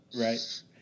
Right